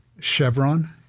Chevron